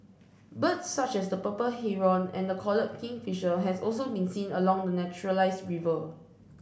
birds such as the purple Heron and the collared kingfisher have also been seen along the naturalised river